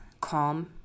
calm